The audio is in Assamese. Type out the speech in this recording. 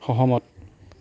সহমত